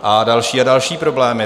A další a další problémy.